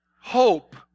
hope